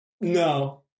No